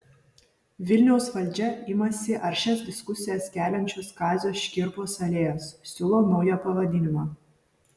vilniaus valdžia imasi aršias diskusijas keliančios kazio škirpos alėjos siūlo naują pavadinimą